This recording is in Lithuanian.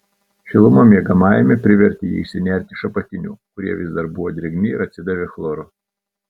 šiluma miegamajame privertė jį išsinerti iš apatinių kurie vis dar buvo drėgni ir atsidavė chloru